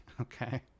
Okay